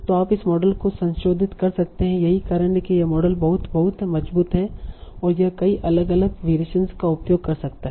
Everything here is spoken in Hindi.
तो आप उस मॉडल को संशोधित कर सकते हैं यही कारण है कि यह मॉडल बहुत बहुत मजबूत है यह कई अलग अलग वेरिएशनस का उपयोग कर सकता है